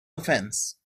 offense